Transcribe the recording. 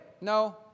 No